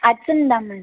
ஹட்சன் தான் மேம்